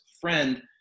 friend